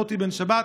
מוטי בן שבת,